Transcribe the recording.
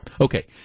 Okay